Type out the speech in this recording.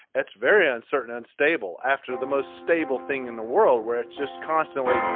it's very uncertain, unstable after the most stable thing in the world where it's just constantly.